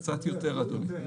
קצת יותר, אדוני.